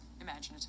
imaginative